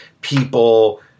people